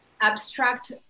abstract